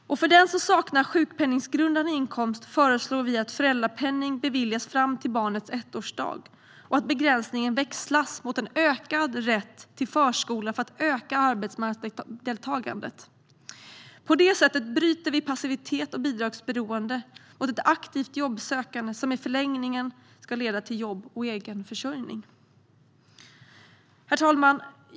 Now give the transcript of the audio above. För den som saknar sjukpenninggrundande inkomst föreslår vi att föräldrapenning beviljas fram till barnets ettårsdag och att begränsningen växlas mot en ökad rätt till förskola för att öka arbetsmarknadsdeltagandet. På det sättet bryter vi passivitet och bidragsberoende mot ett aktivt jobbsökande som i förlängningen ska leda till jobb och egen försörjning. Herr talman!